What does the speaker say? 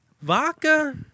Vodka